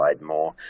more